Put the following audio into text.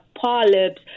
polyps